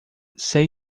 sei